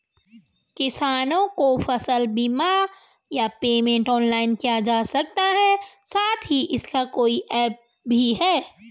किसानों को फसल बीमा या पेमेंट ऑनलाइन किया जा सकता है साथ ही इसका कोई ऐप भी है?